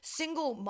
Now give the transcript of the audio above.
single